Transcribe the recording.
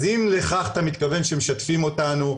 אז אם לכך אתה מתכוון שמשתפים אותנו,